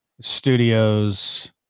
Studios